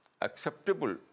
acceptable